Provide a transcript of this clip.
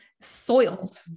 soiled